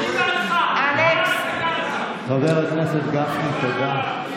חבר הכנסת גפני, תודה.